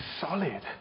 solid